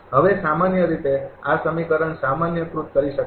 હવે સામાન્ય રીતે આ સમીકરણ સામાન્યકૃત કરી શકાય છે